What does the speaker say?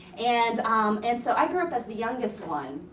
and um and so, i grew up as the youngest one.